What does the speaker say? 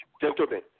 gentlemen